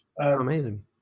Amazing